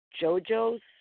JoJo's